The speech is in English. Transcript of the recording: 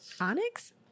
Onyx